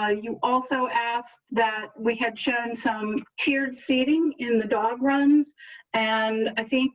ah you also asked that we had shown some tiered seating in the dog runs and i think